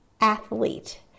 athlete